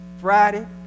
Friday